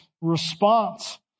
response